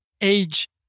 age